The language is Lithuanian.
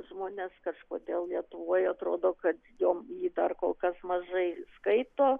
žmones kažkodėl lietuvoje atrodo kad joms jį dar kol kas mažai skaito